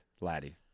Laddie